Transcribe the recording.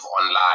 online